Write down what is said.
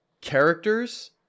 Characters